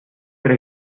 tra